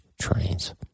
trains